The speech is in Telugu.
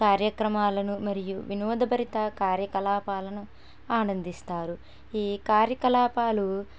కార్యక్రమాలను మరియు వినోదభరిత కార్యకలాపాలను ఆనందిస్తారు ఈ కార్యకలాపాలు